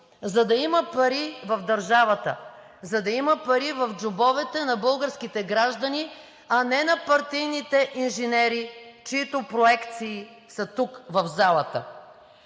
за да има пари в държавата, за да има пари в джобовете на българските граждани, а не на партийните инженери, чиито проекции са тук, в залата.